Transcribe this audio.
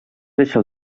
deixa